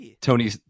Tony